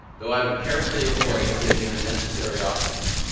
though i would carefully avoid giving unnecessary offence,